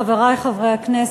חברי חברי הכנסת,